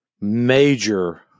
major